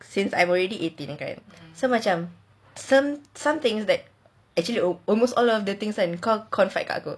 since I'm already eighteen right so macam some some things that actually almost all of the things kan kau kat aku